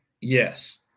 Yes